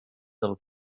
del